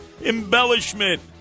embellishment